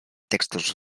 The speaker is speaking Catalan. textos